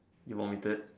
you vomited